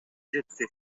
жетти